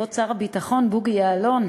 כבוד שר הביטחון בוגי יעלון,